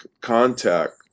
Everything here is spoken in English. contact